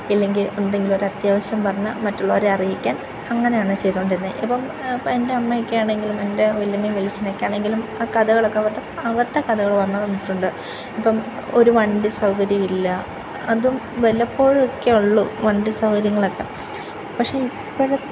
ഇല്ലെങ്കിൽ എന്തെങ്കിലും ഒരു അത്യാവശ്യം പറഞ്ഞാൽ മറ്റുള്ളവരെ അറിയിക്കാൻ അങ്ങനെയാണ് ചെയ്തുകൊണ്ടിരുന്നത് ഇപ്പം എൻ്റെ അമ്മയൊക്കെ ആണെങ്കിലും എൻ്റെ വലിയമ്മയും വലിയച്ഛനുമൊക്കെ ആണെങ്കിലും ആ കഥകൾ അവരുടെ കഥകളൊക്കെ പറഞ്ഞു തന്നിട്ടുണ്ട് ഇപ്പം ഒരു വണ്ടി സൗകര്യമില്ല അതും വല്ലപ്പോഴും ഒക്കെ ഉള്ളൂ വണ്ടി സൗകര്യങ്ങളൊക്കെ പക്ഷേ ഇപ്പോഴത്തെ